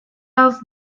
else